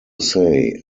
say